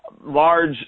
large